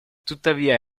tuttavia